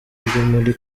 muri